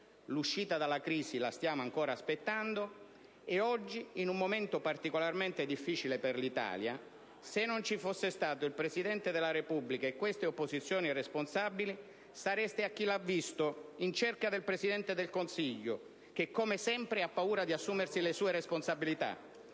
L'uscita dalla crisi la stiamo ancora aspettando, e oggi, in un momento particolarmente difficile per l'Italia, se non ci fosse stato il Presidente della Repubblica e queste opposizioni responsabili, sareste a «Chi l'ha visto?» in cerca del Presidente del Consiglio che, come sempre, ha paura di assumersi le sue responsabilità.